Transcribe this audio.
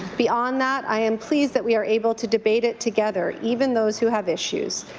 beyond that, i am pleased that we are able to debate it together, even those who have issues.